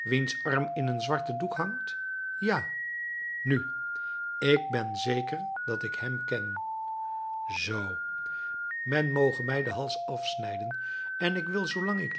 wiens arm in een zwarten doek hangt ja nu ik ben zeker dat ik hem ken zoo men moge mij den hals afsnijden en ik wil zoo lang ik